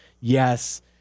yes